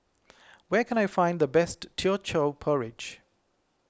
where can I find the best Teochew Porridge